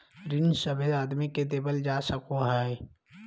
ऋण सभे आदमी के देवल जा सको हय